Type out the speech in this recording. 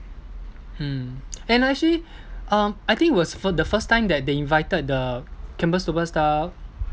mm and I actually um I think it was fir~ the first time that they invited the campus superstar